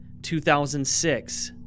2006